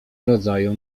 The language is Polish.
rodzaju